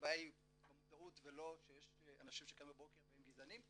הבעיה היא במודעות ולא שיש אנשים שקמים בבוקר והם גזענים,